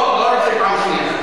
לא, לא רוצה פעם שנייה.